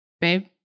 Babe